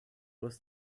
was